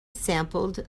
sampled